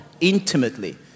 intimately